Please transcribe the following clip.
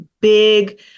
big